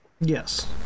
Yes